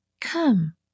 come